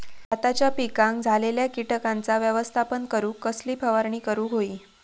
भाताच्या पिकांक झालेल्या किटकांचा व्यवस्थापन करूक कसली फवारणी करूक होई?